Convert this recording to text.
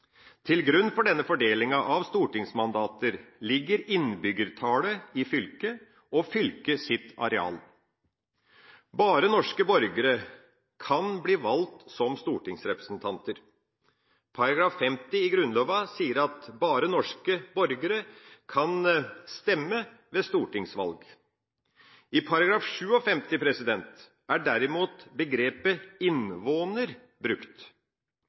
Til grunn for denne fordelinga av stortingsmandater ligger innbyggertallet i fylket og fylkets areal. Bare norske borgere kan bli valgt som stortingsrepresentanter. Paragraf 50 i Grunnloven sier at bare norske borgere kan stemme ved stortingsvalg. I § 57 er derimot begrepet «Indvaaner» brukt.